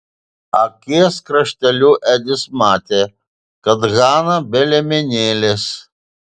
akies krašteliu edis matė kad hana be liemenėlės